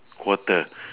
quarter